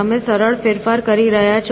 તમે સરળ ફેરફાર કરી રહ્યા છો